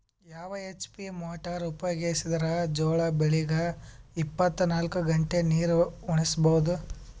ಯಾವ HP motor ಉಪಯೋಗಿಸಿದರ ಜೋಳ ಬೆಳಿಗ ಇಪ್ಪತ ನಾಲ್ಕು ಗಂಟೆ ನೀರಿ ಉಣಿಸ ಬಹುದು?